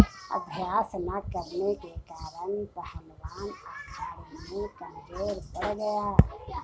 अभ्यास न करने के कारण पहलवान अखाड़े में कमजोर पड़ गया